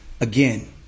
again